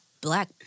black